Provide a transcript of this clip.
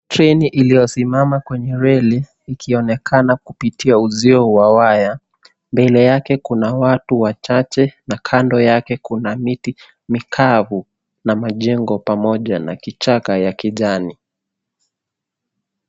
Treni iliyo simama kwenye reli ikionekana kupitia uzio wa waya. Mbele yake kuna watu wa chache na kando yake kuna miti mikavu na majengo pamoja na kichaka ya kijani.